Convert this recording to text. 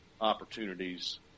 opportunities